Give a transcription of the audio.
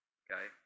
okay